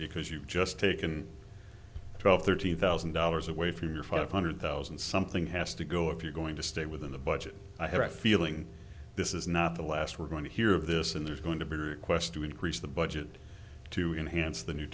because you've just taken twelve thirteen thousand dollars away from your five hundred thousand something has to go if you're going to stay within the budget i have a feeling this is not the last we're going to hear of this and there's going to be requests to increase the budget to inhance the new